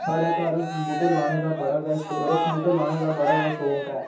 साढ़े घर बूह्टे लाने दा बड़ा गै शौक रुक्ख बूह्टे लाने दा बड़ा गै शौक ऐ